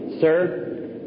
Sir